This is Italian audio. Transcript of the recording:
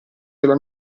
della